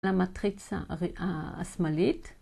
למטריצה השמאלית.